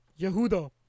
Yehuda